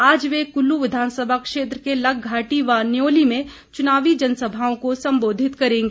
आज वे कुल्लू विधानसभा क्षेत्र के लगघाटी व न्योली में चूनावी जनसभाओं को संबोधित करेंगे